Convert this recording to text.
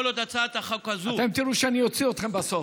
כל עוד הצעת החוק הזאת אתם תראו שאני אוציא אתכם בסוף.